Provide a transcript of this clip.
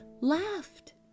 laughed